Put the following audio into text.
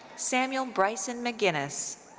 samuel bryson mcginnis.